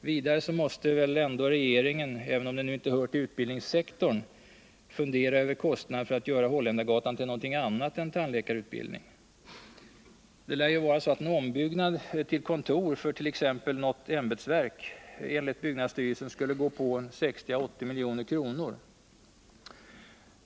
Vidare måste väl ändå regeringen, även om det inte hör till utbildningssektorn, fundera över kostnaderna för att göra om Holländargatan för något annat ändamål än tandläkarutbildning. En ombyggnad till kontor för t.ex. något ämbetsverk lär enligt byggnadsstyrelsen gå på 60-80 milj.kr.